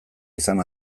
izan